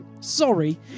Sorry